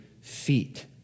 feet